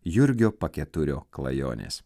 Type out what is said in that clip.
jurgio paketurio klajonės